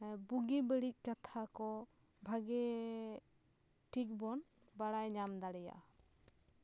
ᱵᱩᱜᱤ ᱵᱟᱹᱲᱤᱡ ᱠᱟᱛᱷᱟ ᱠᱚ ᱵᱷᱟᱜᱮ ᱴᱷᱤᱠ ᱵᱚᱱ ᱵᱟᱲᱟᱭ ᱧᱟᱢ ᱫᱟᱲᱮᱭᱟᱜᱼᱟ